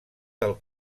del